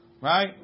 Right